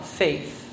faith